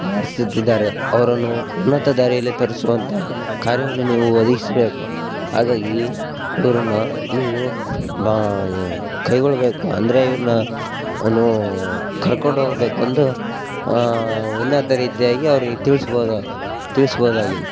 ಮಾಡಿಸುತ್ತಿದ್ದಾರೆ ಅವರನ್ನು ಉನ್ನತ ದಾರಿಯಲ್ಲಿ ತರಿಸುವಂಥ ಕಾರ್ಯವನ್ನು ನೀವು ಒದಗಿಸ್ಬೇಕು ಹಾಗಾಗಿ ಇವ್ರನ್ನು ನೀವೂ ಕೈಗೊಳ್ಬೇಕು ಅಂದರೆ ಇವ್ರನ್ನ ಕರ್ಕೊಂಡೋಗಬೇಕು ಅಂದು ಉನ್ನತ ರೀತಿಯಾಗಿ ಅವ್ರಿಗೆ ತಿಳಿಸ್ಬೋದು ತಿಳಿಸ್ಬೋದಾಗಿದೆ